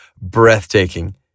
breathtaking